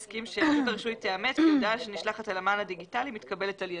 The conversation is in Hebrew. הסכים שרשות הרישוי תאמץ הודעה שנשלחת על המען הדיגיטלי ומתקבלת על ידו.